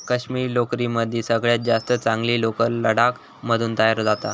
काश्मिरी लोकरीमदी सगळ्यात जास्त चांगली लोकर लडाख मधून तयार जाता